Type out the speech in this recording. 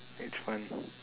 it's fun